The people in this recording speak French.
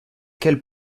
quel